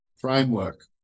framework